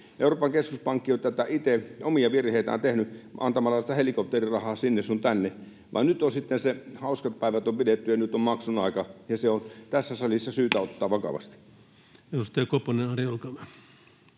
Euroopan keskuspankki on itse omia virheitään tehnyt antamalla sitä helikopterirahaa sinne sun tänne, vaan nyt on sitten hauskat päivät pidetty ja on maksun aika, ja se on tässä salissa syytä ottaa vakavasti. [Speech 352]